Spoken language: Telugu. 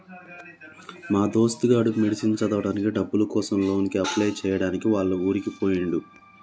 మా దోస్తు గాడు మెడిసిన్ చదవడానికి డబ్బుల కోసం లోన్ కి అప్లై చేయడానికి వాళ్ల ఊరికి పోయిండు